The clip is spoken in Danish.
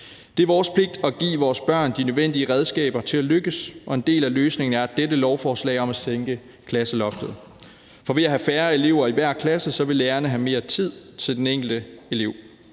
Det er vores pligt at give vores børn de nødvendige redskaber til at lykkes, og en del af løsningen er dette lovforslag om at sænke klasseloftet. For ved at have færre elever i hver klasse vil lærerne have mere tid til den enkelte elev.